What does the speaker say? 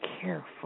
careful